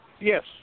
Yes